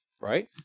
right